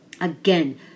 Again